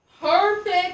perfect